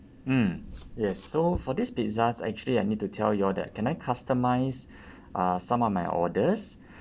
mm yes so for these pizzas actually I need to tell y'all that can I customise uh some of my orders